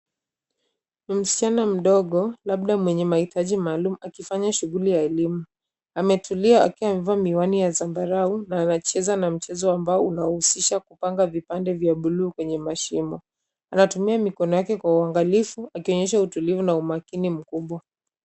Msichana mdogo labda mwenye mahitaji maalum akifanya shughuli ya elimu, ametulia akiwa amevaa miwani ya zambarau na anacheza na mchezo ambao unahusishwa kupanga vipande vya bluu kwenye mashimo, anatuma mikono yake kwa uangalifu akionyesha utulivu na umakini mkubwa.